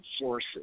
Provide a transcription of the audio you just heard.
sources